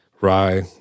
Rye